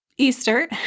Easter